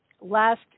last